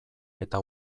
eta